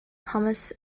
hummus